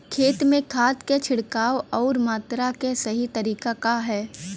खेत में खाद क छिड़काव अउर मात्रा क सही तरीका का ह?